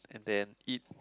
and then eat